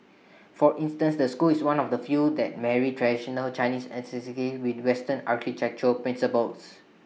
for instance the school is one of the few that married traditional Chinese aesthetics with western architectural principles